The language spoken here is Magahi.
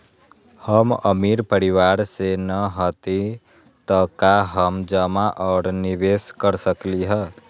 हम अमीर परिवार से न हती त का हम जमा और निवेस कर सकली ह?